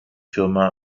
firma